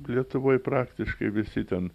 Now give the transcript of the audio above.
lietuvoj praktiškai visi ten